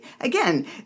again